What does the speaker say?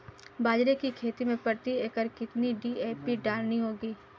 बाजरे की खेती में प्रति एकड़ कितनी डी.ए.पी डालनी होगी?